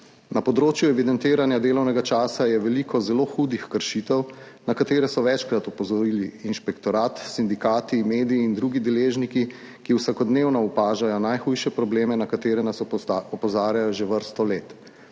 Na področju evidentiranja delovnega časa je veliko zelo hudih kršitev, na katere so večkrat opozorili inšpektorat, sindikati, mediji in drugi deležniki, ki vsakodnevno opažajo najhujše probleme, na katere nas opozarjajo že vrsto let,